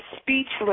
speechless